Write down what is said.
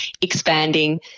expanding